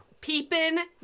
Peeping